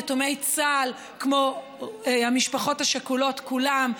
יתומי צה"ל כמו המשפחות השכולות כולם,